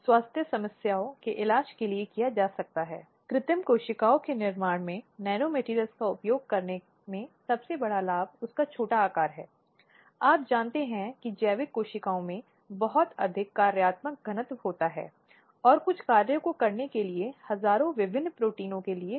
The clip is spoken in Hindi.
संदर्भसमय को देखें 0041 पिछले व्याख्यान में हमने कार्यस्थल पर यौन उत्पीड़न के मुद्दे पर बात की है जो महिलाओं के खिलाफ लैंगिक हिंसा का भी एक रूप है लेकिन चूंकि यह रोजगार या कार्यस्थल के संदर्भ में है इसलिए हमने चर्चा की है यह महिलाओं के लिए कार्यस्थल सुरक्षा के संदर्भ में है